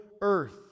earth